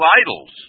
idols